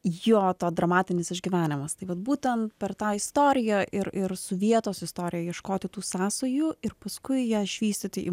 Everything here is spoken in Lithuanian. jo to dramatinis išgyvenimas tai vat būtent per tą istoriją ir ir su vietos istorija ieškoti tų sąsajų ir paskui ją išvystyti į